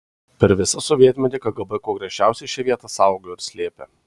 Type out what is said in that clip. per visą sovietmetį kgb kuo griežčiausiai šią vietą saugojo ir slėpė